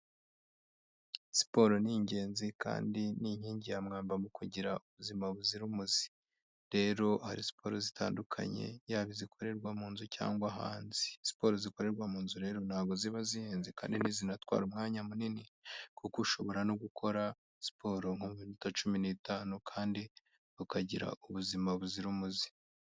Siporo ni ingenzi kandi ni inkingi ya mwamba mu kugira ubuzima buzira umuze, rero hari siporo zitandukanye yaba izikorerwa mu nzu cyangwa hanze, siporo zikorerwa mu nzu rero ntabwo ziba zihenze kandi ntizinatwara umwanya munini kuko ushobora no gukora siporo mu minota cumi n'itanu kandi ukagira ubuzima buzira umuze.